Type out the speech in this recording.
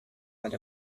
had